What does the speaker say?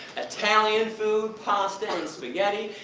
italian food. pasta and spaghetti.